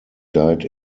died